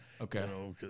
Okay